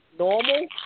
Normal